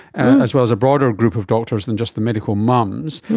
as well as a broader group of doctors than just the medical mums.